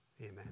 Amen